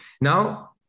Now